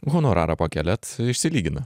honorarą pakeliat išsilygina